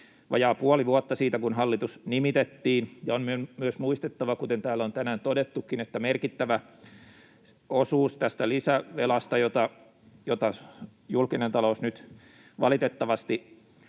vajaa puoli vuotta siitä, kun hallitus nimitettiin, ja on myös muistettava, kuten täällä on tänään todettukin, että merkittävä osuus tästä lisävelasta, jota julkinen talous nyt valitettavasti